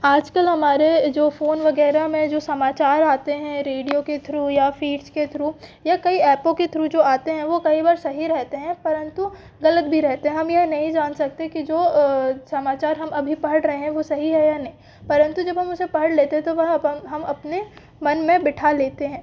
आज कल हमारे जो फ़ोन वग़ैरह में जो समाचार आते हैं रेडियो के थ्रू या फीड्स के थ्रू या कई ऐपों के थ्रू जो आते हैं वो कई बार सही रहते हैं परंतु ग़लत भी रहते हैं हम यह नहीं जान सकते कि जो समाचार हम अभी पढ़ रहे हैं वो सही है या नहीं परंतु जब हम उसे पढ़ लेते हैं तो वह हम अपने मन में बिठा लेते हैं